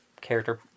character